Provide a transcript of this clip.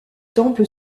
temple